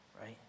right